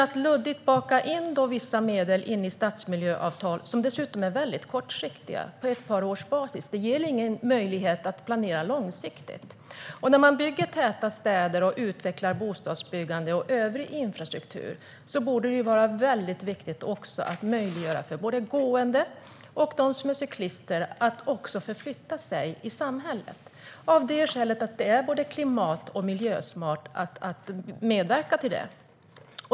Att luddigt baka in vissa medel i stadsmiljöavtal som dessutom är väldigt kortsiktiga på ett par års basis ger ingen möjlighet att planera långsiktigt. När man bygger täta städer och utvecklar bostadsbyggande och övrig infrastruktur borde det vara viktigt att också möjliggöra för gående och cyklister att förflytta sig i samhället - av det skälet att det är både klimat och miljösmart att medverka till det.